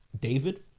David